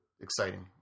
exciting